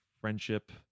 friendship